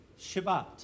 Shabbat